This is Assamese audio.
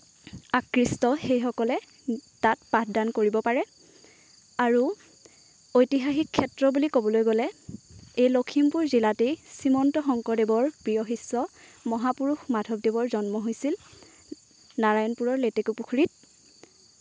আকৃষ্ট সেইসকলে তাত পাঠদান কৰিব পাৰে আৰু ঐতিহাসিক ক্ষেত্ৰ বুলি ক'বলৈ গ'লে এই লখিমপুৰ জিলাতে শ্ৰীমন্ত শংকৰদেৱৰ প্ৰিয় শিষ্য মহাপুৰুষ মাধৱদেৱৰ জন্ম হৈছিল নাৰায়ণপুৰৰ লেটেকুপুখুৰীত